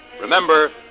Remember